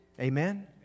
Amen